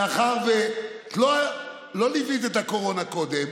מאחר שלא ליווית את הקורונה קודם,